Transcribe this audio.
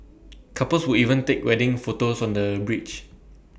couples would even take wedding photos on the bridge